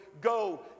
go